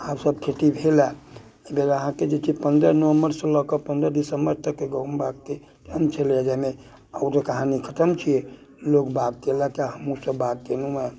आब सभ खेती भेलए एहि बेर अहाँकेँ जेकि पन्द्रह नवम्बरसँ लऽ कऽ पन्द्रह दिसम्बर तकके गहुँम बागके टेम छलै जाहिमे आओरो कहानी खतम छियै लोग बाग केलकए हमहूँसभ बात केलहुँ हेँ